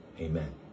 Amen